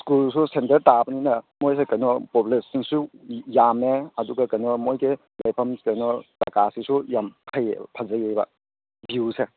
ꯁ꯭ꯀꯨꯜꯁꯨ ꯁꯦꯟꯇꯔ ꯇꯥꯕꯅꯤꯅ ꯃꯣꯏꯁꯦ ꯀꯩꯅꯣ ꯄꯣꯄꯨꯂꯦꯁꯟꯁꯨ ꯌꯥꯝꯃꯦ ꯑꯗꯨꯒ ꯀꯩꯅꯣ ꯃꯣꯏꯒꯤ ꯂꯩꯐꯝ ꯀꯩꯅꯣ ꯖꯒꯥꯁꯤꯁꯨ ꯌꯥꯝ ꯐꯩ ꯐꯖꯩꯌꯦꯕ ꯚꯤꯎꯁꯦ